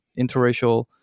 interracial